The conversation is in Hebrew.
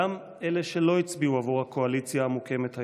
גם אלה שלא הצביעו עבור הקואליציה המוקמת היום.